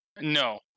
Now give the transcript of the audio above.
No